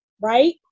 Right